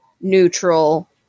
neutral